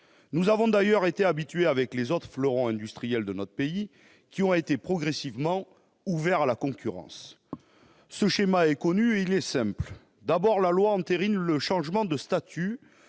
qui s'est passé pour les autres fleurons industriels de notre pays qui ont été progressivement ouverts à la concurrence. Ce schéma est connu, il est simple. D'abord, la loi entérine le changement de statut,